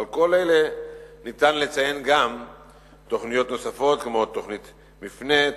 ועל כל אלה ניתן לציין גם תוכניות נוספות כמו תוכנית "מפנה",